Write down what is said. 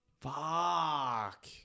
Fuck